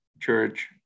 church